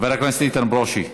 חבר הכנסת איתן ברושי,